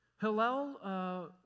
Hillel